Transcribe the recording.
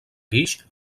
guix